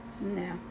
No